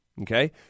okay